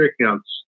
accounts